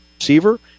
receiver